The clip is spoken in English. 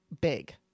big